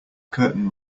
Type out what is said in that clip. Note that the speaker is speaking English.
curtain